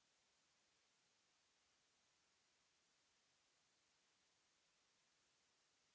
...